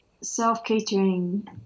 self-catering